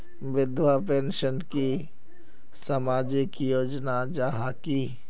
विधवा पेंशन की सामाजिक योजना जाहा की?